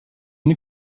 une